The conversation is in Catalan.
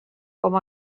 com